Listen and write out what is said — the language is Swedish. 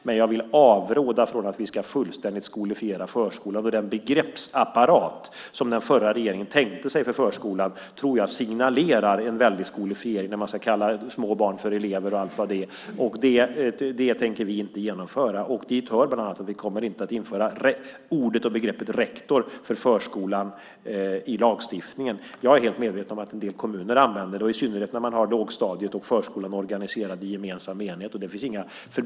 Men jag vill avråda från att fullständigt skolifiera förskolan. Jag tror att den begreppsapparat som den förra regeringen tänkte sig för förskolan signalerar en skolifiering. Man vill kalla små barn för elever och allt vad det är. Det tänker vi inte genomföra. Dit hör bland annat att vi inte kommer att införa ordet och begreppet rektor för förskolan i lagstiftningen. Jag är helt medveten om att en del kommuner använder det, i synnerhet när man har lågstadiet och förskolan organiserade i en gemensam enhet.